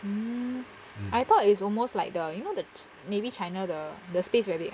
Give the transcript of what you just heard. mm I thought it's almost like the you know the maybe china the the space very big [one]